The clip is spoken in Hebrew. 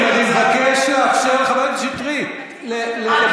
חברים, אני מבקש לאפשר לחברת הכנסת שטרית לדבר.